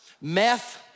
meth